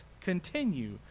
continue